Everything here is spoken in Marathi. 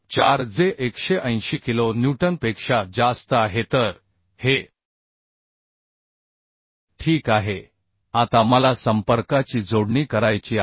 4जे 180 किलो न्यूटनपेक्षा जास्त आहे तर हे ठीक आहे आता मला संपर्काची जोडणी करायची आहे